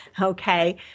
Okay